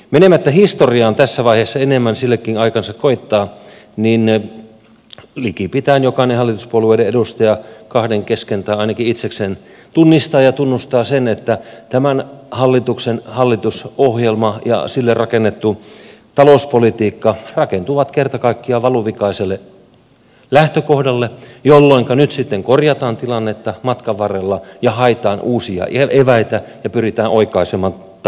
menemättä historiaan tässä vaiheessa enemmän sillekin aikansa koittaa niin likipitäen jokainen hallituspuolueiden edustaja kahden kesken tai ainakin itsekseen tunnistaa ja tunnustaa sen että tämän hallituksen hallitusohjelma ja sille rakennettu talouspolitiikka rakentuvat kerta kaikkiaan valuvikaiselle lähtökohdalle jolloinka nyt sitten korjataan tilannetta matkan varrella ja haetaan uusia eväitä ja pyritään oikaisemaan taloustilannetta